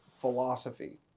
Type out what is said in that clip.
philosophy